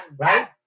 Right